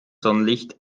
sonnenlicht